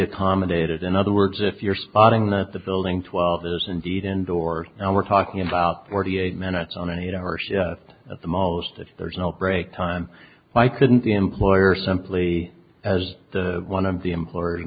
accommodated in other words if you're spotting that the building twelve is indeed indoors and we're talking about forty eight minutes on an eight hour shift at the most if there's no break time why couldn't the employer simply as the one and the employe